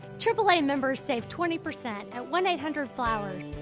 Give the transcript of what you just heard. triple a members save twenty percent at one eight hundred flowers.